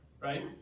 right